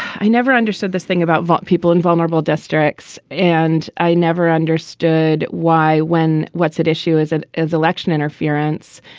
i never understood this thing about but people in vulnerable districts and i never understood why when what's at issue is it is election interference.